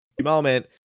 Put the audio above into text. moment